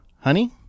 honey